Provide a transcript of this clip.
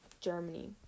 Germany